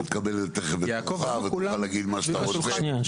אתה תקבל תכף את יומך ותוכל להגיד מה שאתה רוצה.